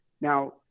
Now